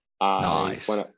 nice